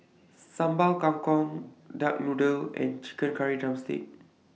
Sambal Kangkong Duck Noodle and Chicken Curry Drumstick